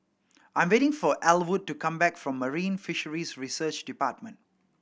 I'm waiting for Elwood to come back from Marine Fisheries Research Department